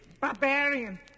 Barbarian